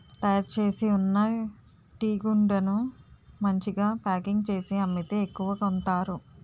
తయారుచేసి ఉన్న టీగుండను మంచిగా ప్యాకింగ్ చేసి అమ్మితే ఎక్కువ కొంతారు